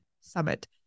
summit